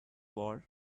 war